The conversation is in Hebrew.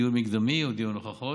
דיון מקדמי או דיון הוכחות.